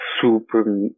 super